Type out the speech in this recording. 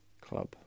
club